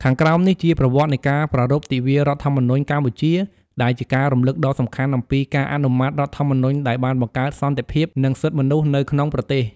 ខាងក្រោមនេះជា ប្រវត្តិនៃការប្រារព្ធទិវារដ្ឋធម្មនុញ្ញកម្ពុជា ដែលជាការរំលឹកដ៏សំខាន់អំពីការអនុម័តរដ្ឋធម្មនុញ្ញដែលបានបង្កើតសន្តិភាព និងសិទ្ធិមនុស្សនៅក្នុងប្រទេស។